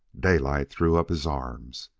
daylight threw up his arms.